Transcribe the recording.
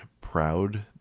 proud